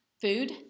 Food